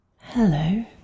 Hello